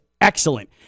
excellent